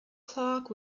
clock